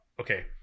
okay